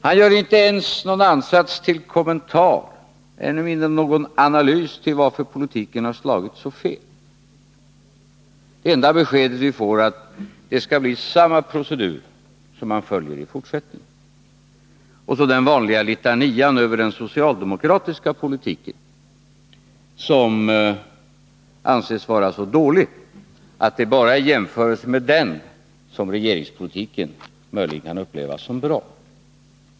Han gör inte ens någon ansats till kommentar, ännu mindre någon analys, av varför politiken har slagit så fel. Det enda beskedet vi får är att man skall följa samma procedur i fortsättningen. Sedan kommer den vanliga litanian över den socialdemokratiska politiken, som anses vara så dålig att det bara är i jämförelse med den som regeringspolitiken möjligen kan upplevas som bra.